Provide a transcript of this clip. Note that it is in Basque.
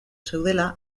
zeudela